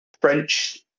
French